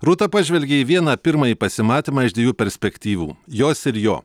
rūta pažvelgė į vieną pirmąjį pasimatymą iš dviejų perspektyvų jos ir jo